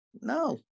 no